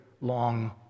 long